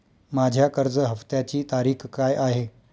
माझ्या कर्ज हफ्त्याची तारीख काय आहे?